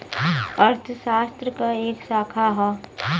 अर्थशास्त्र क एक शाखा हौ